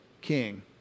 king